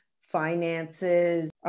finances